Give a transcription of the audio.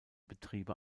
betriebe